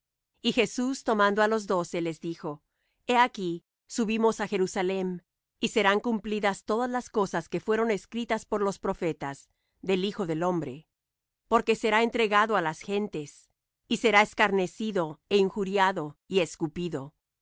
y jesús tomando á los doce les dijo he aquí subimos á jerusalem y serán cumplidas todas las cosas que fueron escritas por los profetas del hijo del hombre porque será entregado á las gentes y será escarnecido é injuriado y escupido